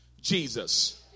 Jesus